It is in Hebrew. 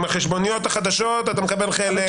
עם החשבוניות החדשות אתה מקבל חלק.